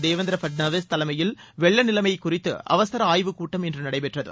தேவேந்திர பட்னாவிஸ் தலைமையில் வெள்ள நிலைமை குறித்து அவசர ஆய்வு கூட்டம் இன்று நடைபெற்றது